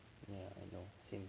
ya I know same